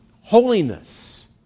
holiness